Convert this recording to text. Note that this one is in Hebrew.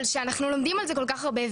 בגלל שאנחנו לומדים על זה כל כך הרבה,